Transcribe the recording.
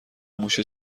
موشه